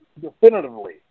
definitively